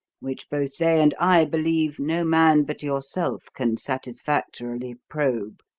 which both they and i believe no man but yourself can satisfactorily probe.